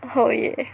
oh yeah